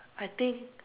I think